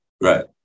right